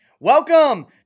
Welcome